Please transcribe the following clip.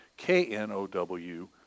K-N-O-W